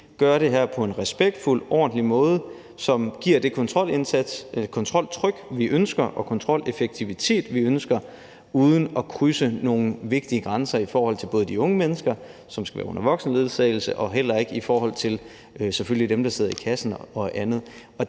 gøre det her på en respektfuld og ordentlig måde, som giver det kontroltryk, vi ønsker, og den kontroleffektivitet, vi ønsker, uden at krydse nogle vigtige grænser i forhold til både de unge mennesker, som skal være under voksenledsagelse, og selvfølgelig i forhold til dem, der sidder i kassen og andet.